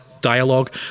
dialogue